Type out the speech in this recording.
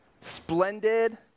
splendid